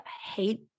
hate